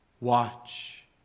watch